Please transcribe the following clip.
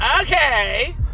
Okay